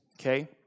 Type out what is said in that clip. Okay